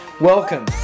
Welcome